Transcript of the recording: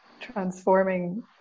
transforming